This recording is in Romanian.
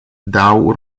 dau